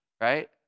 Right